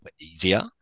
easier